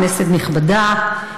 כנסת נכבדה,